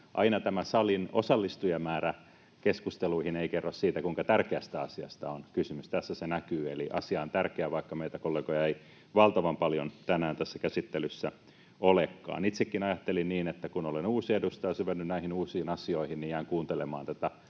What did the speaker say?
aina tämän salin osallistujamäärä keskusteluihin ei kerro siitä, kuinka tärkeästä asiasta on kysymys. Tässä se näkyy, eli asia on tärkeä, vaikka meitä kollegoja ei valtavan paljon tänään tässä käsittelyssä olekaan. Itse ajattelin niin, että kun olen uusi edustaja ja syvennyn näihin uusiin asioihin, niin jään kuuntelemaan tätä